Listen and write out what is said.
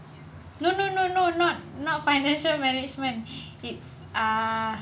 no no no no not not financial management it's uh